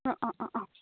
অ অ অ অ